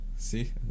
See